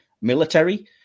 military